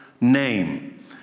name